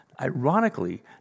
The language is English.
Ironically